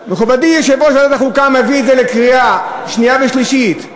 מכובדי יושב-ראש ועדת החוקה מביא את זה לקריאה שנייה ושלישית.